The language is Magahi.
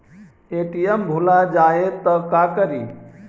ए.टी.एम भुला जाये त का करि?